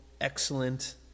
excellent